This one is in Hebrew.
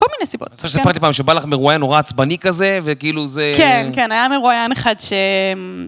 כל מיני סיבות, כן. אני חושב שסיפרת לי פעם שבא לך מרואיין נורא עצבני כזה, וכאילו זה... כן, כן, היה מרואיין אחד ש...